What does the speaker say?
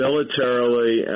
militarily